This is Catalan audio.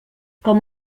com